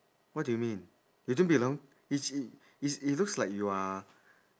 what do you mean you don't belong it's it it's it looks like you are